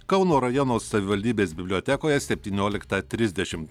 kauno rajono savivaldybės bibliotekoje septynioliktą trisdešim